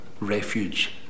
refuge